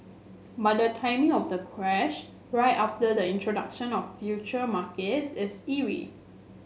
but the timing of the crash right after the introduction of future markets is eerie